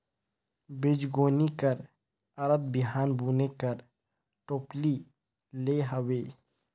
बीजगोनी कर अरथ बीहन बुने कर टोपली ले हवे